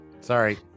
Sorry